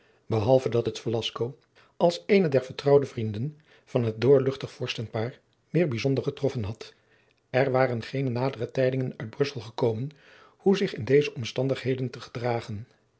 behalve dat het velasco als eenen der vertrouwde vrienden van het doorluchtig vorstenpaar meer bijzonder getroffen had er waren geene nadere tijdingen uit brussel gekomen hoe zich in deze omstandigheden te gedragen